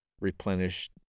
replenish